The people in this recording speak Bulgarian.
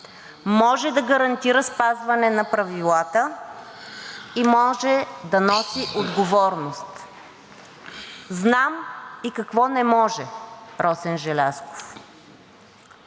може да гарантира спазване на правилата и може да носи отговорност. Знам и какво не може Росен Желязков